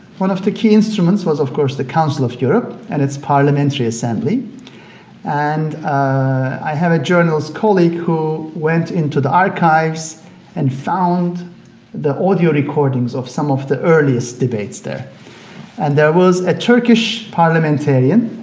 one of the key instruments was of course the council of europe and its parliamentary assembly and i have a journalist colleague who went into the archives and found the audio recordings of some of the earliest debates there and there was a turkish parliamentarian,